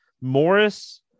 Morris –